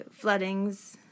floodings